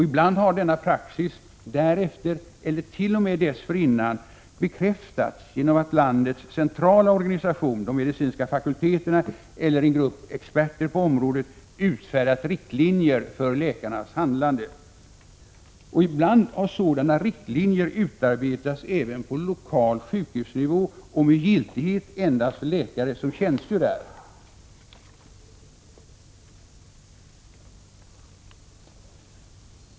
Ibland har denna praxis därefter, eller t.o.m. dessförinnan, bekräftats genom att landets centrala organisation, de medicinska fakulteterna eller en grupp experter på området har utfärdat riktlinjer för läkarnas handlande. Ibland har sådana riktlinjer utarbetats även på lokal sjukhusnivå och med giltighet endast för läkare som tjänstgör där.